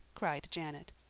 cried janet.